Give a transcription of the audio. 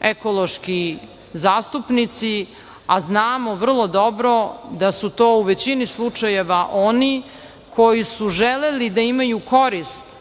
ekološki zastupnici, a znamo vrlo dobro da su to u većini slučajeva oni koji su želeli da imaju korist